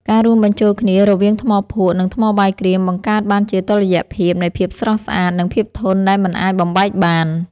ការរួមបញ្ចូលគ្នារវាងថ្មភក់ និង ថ្មបាយក្រៀមបង្កើតបានជាតុល្យភាពនៃភាពស្រស់ស្អាត និង ភាពធន់ដែលមិនអាចបំបែកបាន។